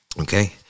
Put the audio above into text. Okay